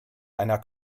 einer